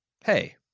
Hey